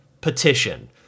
petition